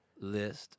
list